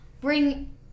bring